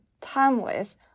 timeless